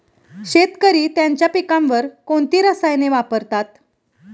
शेतकरी त्यांच्या पिकांवर कोणती रसायने वापरतात?